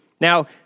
Now